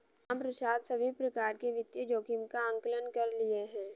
रामप्रसाद सभी प्रकार के वित्तीय जोखिम का आंकलन कर लिए है